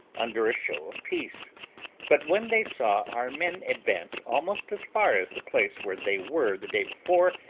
under a show of peace but when they saw our men advance almost as far as the place where they were the day before,